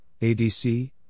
ADC